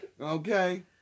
Okay